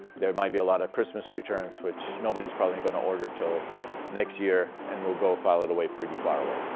there might be a lot of christmas returns, which nobody's probably going to order til next year. and we'll go file it away pretty far away.